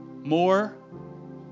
More